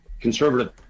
conservative